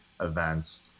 events